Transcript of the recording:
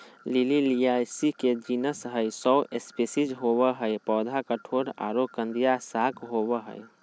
lily Liliaceae के genus हई, सौ स्पिशीज होवअ हई, पौधा कठोर आरो कंदिया शाक होवअ हई